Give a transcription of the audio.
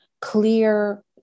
clear